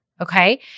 okay